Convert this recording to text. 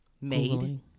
made